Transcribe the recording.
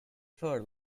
fur